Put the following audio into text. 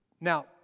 Now